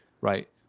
right